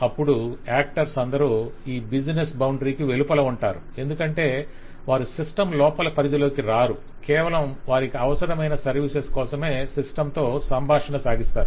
అప్పుడు యాక్టర్స్ అందరూ ఈ బిజినెస్ బౌండరికి వెలుపల ఉంటారు ఎందుకంటే వారు సిస్టమ్ లోపలి పరిధిలోకి రారు కేవలం వారికి అవసరమైన సర్వీసెస్ కోసమే సిస్టమ్ తో సంభాషణ సాగిస్తారు